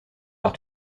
par